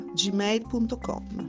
gmail.com